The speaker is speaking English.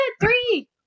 three